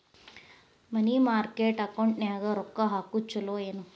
ಮನಿ market ಅಕೌಂಟಿನ್ಯಾಗ ರೊಕ್ಕ ಹಾಕುದು ಚುಲೊ ಏನು